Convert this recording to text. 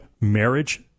marriage